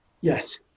Yes